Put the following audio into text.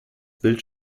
bild